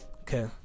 Okay